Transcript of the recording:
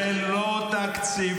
זה לא תקציבים,